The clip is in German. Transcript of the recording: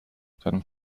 deinem